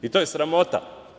I to je sramota.